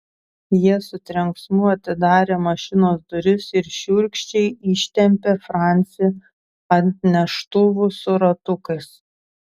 jie su trenksmu atidarė mašinos duris ir šiurkščiai ištempė francį ant neštuvų su ratukais